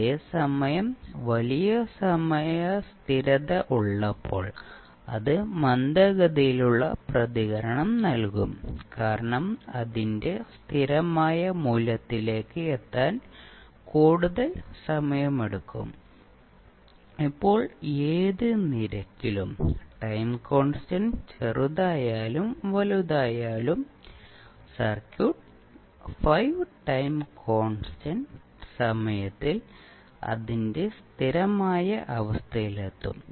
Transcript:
അതേസമയം വലിയ സമയ സ്ഥിരത ഉള്ളപ്പോൾ അത് മന്ദഗതിയിലുള്ള പ്രതികരണം നൽകും കാരണം അതിന്റെ സ്ഥിരമായ മൂല്യത്തിലേക്ക് എത്താൻ കൂടുതൽ സമയമെടുക്കും ഇപ്പോൾ ഏത് നിരക്കിലും ടൈം കോൺസ്റ്റന്റ് ചെറുതായാലും വലുതായാലും സർക്യൂട്ട് 5 ടൈം കോൺസ്റ്റന്റ് സമയത്തിൽ അതിന്റെ സ്ഥിരമായ അവസ്ഥയിലെത്തും